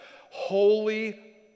holy